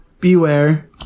Beware